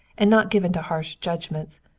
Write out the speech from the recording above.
and not given to harsh judgments,